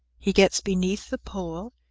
he gets beneath the pole,